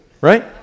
right